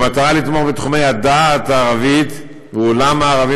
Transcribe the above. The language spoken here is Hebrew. במטרה לתמוך בתחומי הדעת ערבית ועולם הערבים